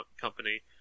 company